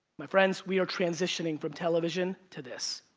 my friends, we are transitioning from television to this.